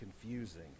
confusing